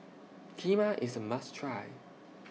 Kheema IS A must Try